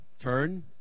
Turn